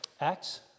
Acts